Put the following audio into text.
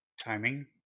timing